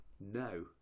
no